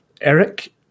eric